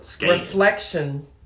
reflection